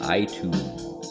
iTunes